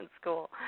school